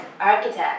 architect